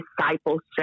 discipleship